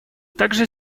также